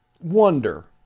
Wonder